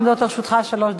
עומדות לרשותך שלוש דקות.